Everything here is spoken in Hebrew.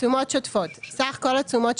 "תשומות שוטפות" סך כל התשומות,